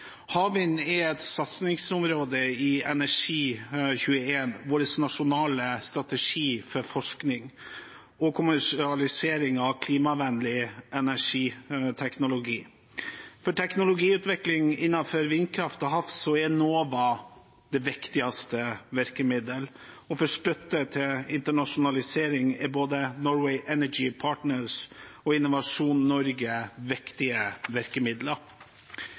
Havvind er et satsingsområde i Energi21, vår nasjonale strategi for forskning og kommersialisering av klimavennlig energiteknologi. For teknologiutvikling innenfor vindkraft til havs er Enova det viktigste virkemidlet, og for støtte til internasjonalisering er både Norway Energy Partners og Innovasjon Norge viktige virkemidler.